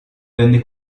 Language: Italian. venne